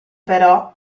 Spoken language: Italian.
però